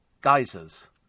Geysers